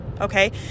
okay